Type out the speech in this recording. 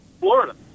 Florida